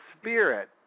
spirit